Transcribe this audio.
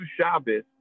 Shabbat